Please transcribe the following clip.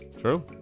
True